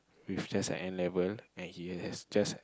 with just an N-level and he has just